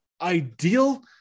ideal